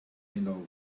window